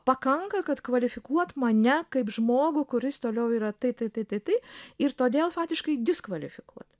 pakanka kad kvalifikuot mane kaip žmogų kuris toliau yra tai tai tai tai ir todėl faktiškai diskvalifikuot